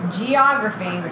geography